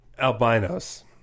Albinos